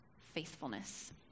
faithfulness